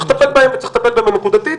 צריך לטפל בהן וצריך לטפל בהן נקודתית,